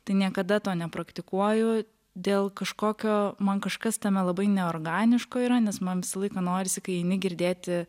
tai niekada to nepraktikuoju dėl kažkokio man kažkas tame labai neorganiško yra nes man visą laiką norisi kai eini girdėti